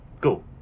go